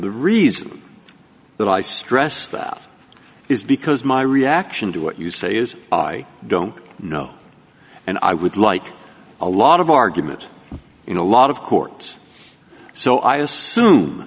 the reason that i stress that is because my reaction to what you say is i don't know and i would like a lot of argument in a lot of court so i assume